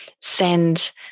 send